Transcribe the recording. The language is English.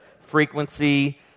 frequency